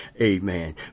Amen